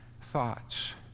thoughts